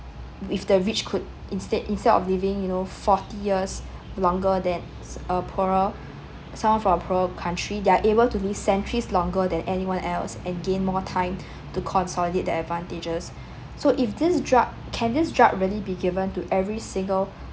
with the rich could instead instead of living you know forty years longer than a poorer some of our poorer countries they're able to live centuries longer than anyone else and gain more time to consolidate the advantages so if this drug can can this drug really be given to every single